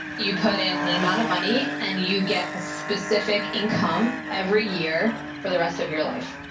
you put in and an amount of money and you get a specific income every year for the rest of your life.